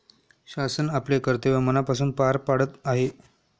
शासन आपले कर्तव्य मनापासून पार पाडत आहे